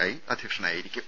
I അധ്യക്ഷനായിരിക്കും